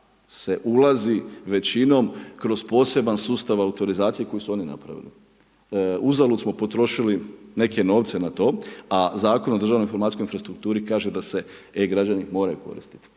se ulazi većinom kroz poseban sustav autorizacije koji su oni napravili. Uzalud smo potrošili neke novce na to a Zakon o državnoj informacijskoj infrastrukturi kaže da se e-građani moraju koristiti.